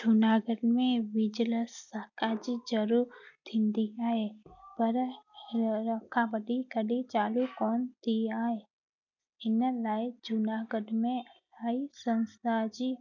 जूनागढ़ में बिजलस ज़रूरु थींदी आहे पर हींअर खां वधीक कॾहिं चालू कोन थी आहे इन लाइ जूनागढ़ में अलाई संस्था जी